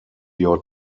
your